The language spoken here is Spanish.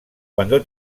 cuando